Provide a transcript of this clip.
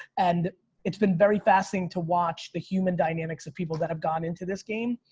and it's been very fussing to watch the human dynamics of people that have gone into this game.